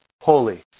holy